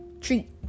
treat